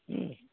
ହୁଁ